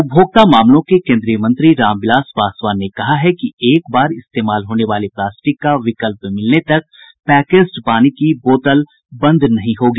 उपभोक्ता मामलों के केन्द्रीय मंत्री रामविलास पासवान ने कहा है कि एक बार इस्तेमाल होने वाले प्लास्टिक का विकल्प मिलने तक पैकेज्ड पानी की बोतल बंद नहीं होगी